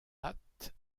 pattes